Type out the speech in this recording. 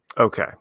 Okay